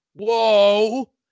Whoa